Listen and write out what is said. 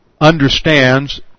understands